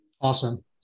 awesome